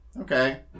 okay